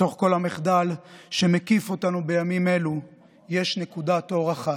בתוך כל המחדל שמקיף אותנו בימים אלה יש נקודת אור אחת: